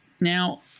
Now